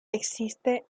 existe